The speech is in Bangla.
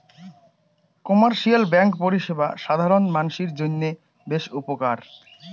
কোমার্শিয়াল ব্যাঙ্ক পরিষেবা সাধারণ মানসির জইন্যে বেশ উপকার